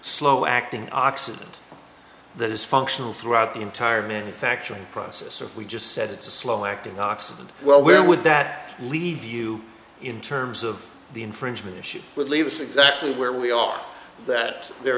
slow acting oxidant that is functional throughout the entire manufacturing process so if we just said it's a slow acting oxygen well where would that leave you in terms of the infringement she would leave us exactly where we are that there